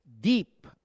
deep